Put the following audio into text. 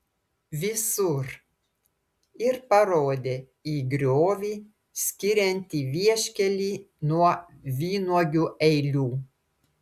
visur ir parodė į griovį skiriantį vieškelį nuo vynuogių eilių